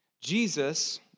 Jesus